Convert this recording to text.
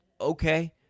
okay